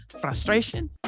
frustration